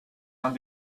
uns